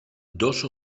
dos